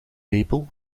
lepel